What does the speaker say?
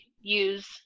use